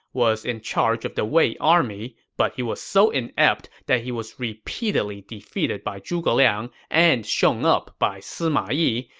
was in charge of the wei army. but he was so inept that he was repeatedly defeated by zhuge liang and shown up by sima yi,